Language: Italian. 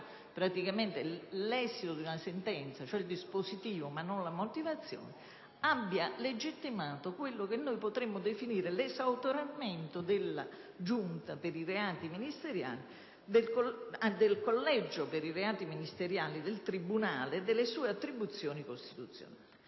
comunicato l'esito della sentenza, cioè il dispositivo, ma non la motivazione) abbia legittimato quello che potremmo definire l'esautoramento del collegio per i reati ministeriali e delle sue attribuzioni costituzionali